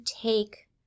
take